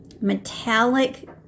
metallic